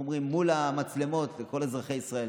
מול המצלמות וכל אזרחי ישראל.